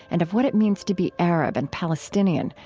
and of what it means to be arab and palestinian,